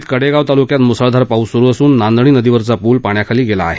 सांगली त कडेगाव तालुक्यात मुसळधार पाऊस सुरू असून नांदणी नदीवरचा पूल पाण्याखाली गेला आहे